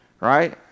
Right